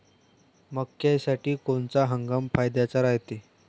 मक्क्यासाठी कोनचा हंगाम फायद्याचा रायते?